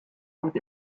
with